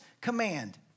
command